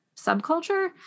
subculture